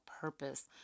purpose